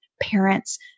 parents